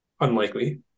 unlikely